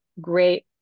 great